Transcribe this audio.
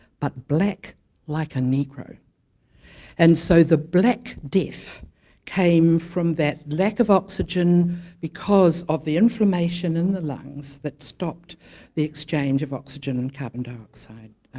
but black like a negro and so the black death came from that lack of oxygen because of the inflammation in the lungs that stopped the exchange of oxygen and carbon dioxide